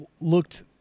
looked